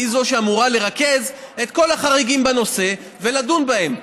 היא זו שאמורה לרכז את כל החריגים בנושא ולדון בהם.